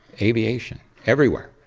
aviation, everywhere,